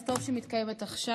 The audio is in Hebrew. אז טוב שהיא מתקיימת עכשיו,